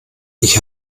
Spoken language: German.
ich